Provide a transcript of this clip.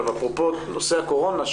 אפרופו נושא הקורונה,